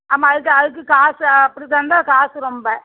ஆமா அதுக்கு அதுக்கும் காசு அப்படி தந்தால் காசு ரொம்ப